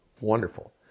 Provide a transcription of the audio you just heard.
wonderful